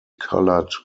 coloured